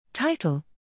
Title